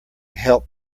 help